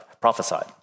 prophesied